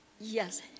Yes